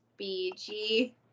BG